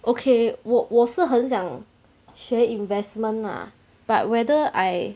okay 我我是很想学 investment lah but whether I